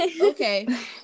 Okay